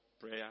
prayer